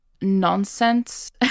nonsense